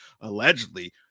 allegedly